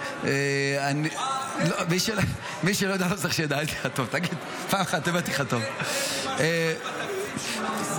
תן לי משהו אחד בתקציב שהוא לא מיסים.